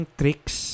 tricks